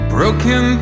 Broken